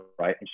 Right